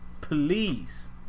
Please